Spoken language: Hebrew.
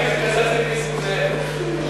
אני מתקזז עם נסים זאב.